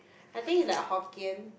I think it's like Hokkien